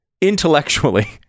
intellectually